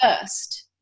first